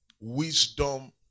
Wisdom